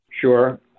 Sure